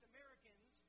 Americans